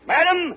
Madam